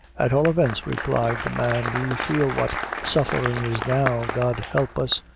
at all events, replied the man, we feel what sufferin' is now, god help us!